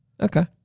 Okay